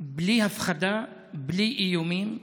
בלי הפחדה, בלי איומים,